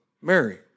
Mary